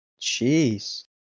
Jeez